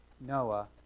Noah